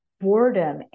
boredom